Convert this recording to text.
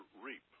reap